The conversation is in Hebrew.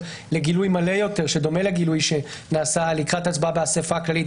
לגילוי מלא יותר שדומה לגילוי שנעשה לקראת הצבעה באסיפה הכללית,